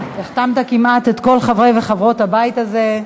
החתמת כמעט את כל חברי וחברות הבית הזה,